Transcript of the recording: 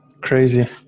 Crazy